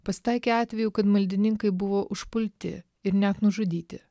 pasitaikė atvejų kad maldininkai buvo užpulti ir net nužudyti